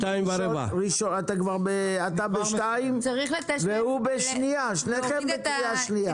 אתה כבר בשתיים והוא בשנייה, שניכם בקריאה שנייה.